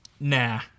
nah